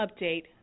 update